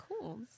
cool